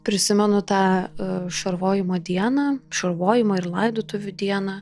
prisimenu tą šarvojimo dieną šarvojimo ir laidotuvių dieną